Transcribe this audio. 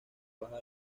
baja